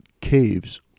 caves